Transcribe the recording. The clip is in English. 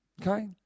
Okay